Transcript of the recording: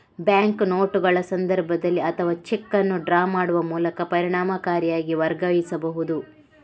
bank ನೋಟುಗಳ ಸಂದರ್ಭದಲ್ಲಿ ಅಥವಾ ಚೆಕ್ ಅನ್ನು ಡ್ರಾ ಮಾಡುವ ಮೂಲಕ ಪರಿಣಾಮಕಾರಿಯಾಗಿ ವರ್ಗಾಯಿಸಬಹುದು